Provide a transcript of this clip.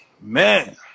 man